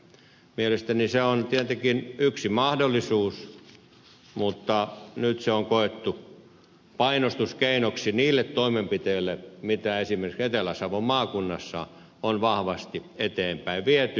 mielestäni se on tietenkin yksi mahdollisuus mutta nyt se on koettu painostuskeinoksi niiden toimenpiteiden puolesta mitä esimerkiksi etelä savon maakunnassa on vahvasti eteenpäin viety